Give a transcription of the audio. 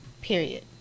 Period